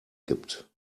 gibt